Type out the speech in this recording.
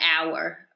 hour